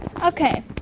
Okay